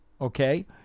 okay